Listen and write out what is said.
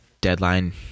deadline